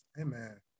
amen